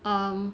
um